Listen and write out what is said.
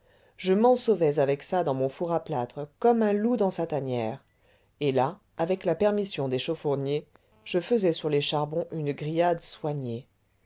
je m'ensauvais avec ça dans mon four à plâtre comme un loup dans sa tanière et là avec la permission des chaufourniers je faisais sur les charbons une grillade soignée